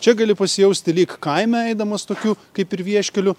čia gali pasijausti lyg kaime eidamas tokiu kaip ir vieškeliu